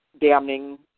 damning